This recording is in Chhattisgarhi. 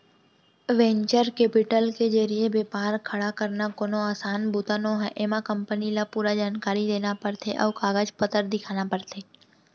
वेंचर केपिटल के जरिए बेपार खड़ा करना कोनो असान बूता नोहय एमा कंपनी ल पूरा जानकारी देना परथे अउ कागज पतर दिखाना परथे